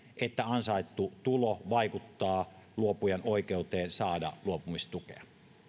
että ansaittu tulo vaikuttaa luopujan oikeuteen saada luopumistukea